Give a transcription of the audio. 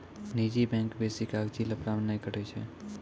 निजी बैंक बेसी कागजी लफड़ा नै करै छै